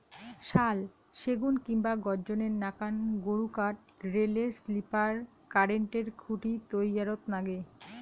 শাল, সেগুন কিংবা গর্জনের নাকান গুরুকাঠ রেলের স্লিপার, কারেন্টের খুঁটি তৈয়ারত নাগে